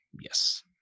Yes